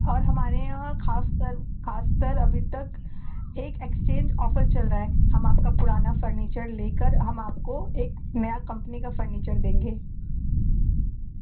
اور ہمارے یہاں خاص کر خاص کر ابھی تک ایک ایکسچینج آفر چل رہا ہے ہم آپ کا پرانا فرنیچر لے کر ہم آپ کو ایک نیا کمپنی کا فرنیچر دیں گے